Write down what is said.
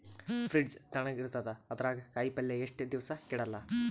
Fridge ತಣಗ ಇರತದ, ಅದರಾಗ ಕಾಯಿಪಲ್ಯ ಎಷ್ಟ ದಿವ್ಸ ಕೆಡಲ್ಲ?